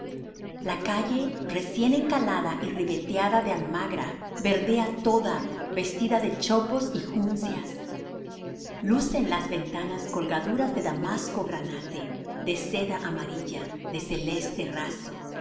la calle recién encalada y ribeteada de almagra verdea toda vestida de chopos y juncias lucen las ventanas colgaduras de damasco granate de seda amarilla de celeste raso